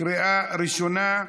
בקריאה ראשונה.